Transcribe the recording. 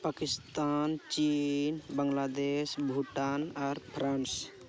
ᱯᱟᱠᱤᱥᱛᱟᱱ ᱪᱤᱱ ᱵᱟᱝᱞᱟᱫᱮᱥ ᱵᱷᱩᱴᱟᱱ ᱟᱨ ᱯᱷᱨᱟᱱᱥ